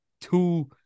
two